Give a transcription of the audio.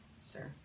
sir